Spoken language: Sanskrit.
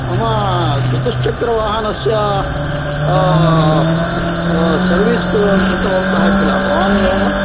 मम चतुश्चक्रवाहनस्य सर्वीस् कृ कृतवन्तः किल भवानेव वा